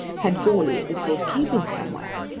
had goarly in safe keeping somewhere.